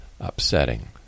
upsetting